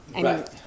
Right